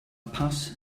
paz